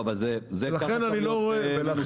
זה ככה צריך להיות מנוסח.